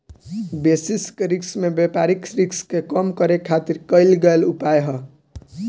basis risk में व्यापारिक risk के कम करे खातिर कईल गयेल उपाय ह